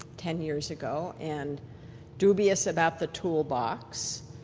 ten years ago. and dubious about the toolbox.